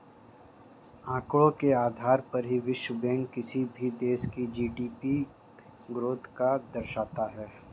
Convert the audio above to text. आंकड़ों के आधार पर ही विश्व बैंक किसी भी देश की जी.डी.पी ग्रोथ को दर्शाता है